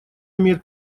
имеет